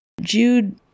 Jude